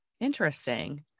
interesting